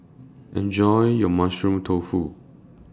Enjoy your Mushroom Tofu